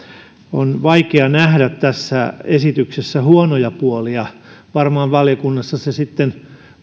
on vaikea nähdä tässä esityksessä huonoja puolia varmaan valiokunnassa se sitten